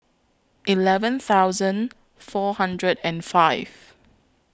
eleven thousand four hundred and five